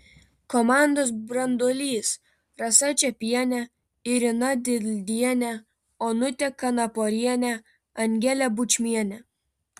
komandos branduolys rasa čepienė irina dildienė onutė kanaporienė angelė bučmienė